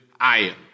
iron